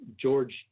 George